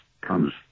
comes